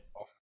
off